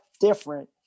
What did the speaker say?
different